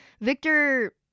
Victor